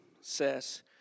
says